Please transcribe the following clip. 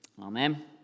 Amen